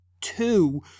two